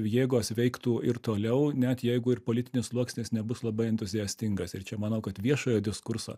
jėgos veiktų ir toliau net jeigu ir politinis sluoksnis nebus labai entuziastingas ir čia manau kad viešojo diskurso